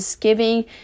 giving